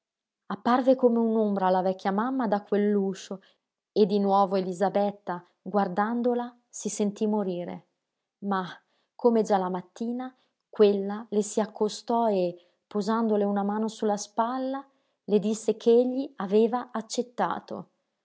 apparve come un'ombra la vecchia mamma da quell'uscio e di nuovo elisabetta guardandola si sentí morire ma come già la mattina quella le si accostò e posandole una mano sulla spalla le disse ch'egli aveva accettato